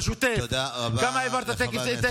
בוא תגיד לי.